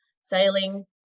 sailing